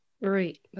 Right